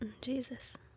jesus